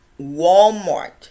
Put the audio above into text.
Walmart